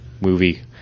movie